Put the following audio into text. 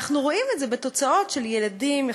ואנחנו רואים את זה בתוצאות: הילדים,